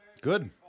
Good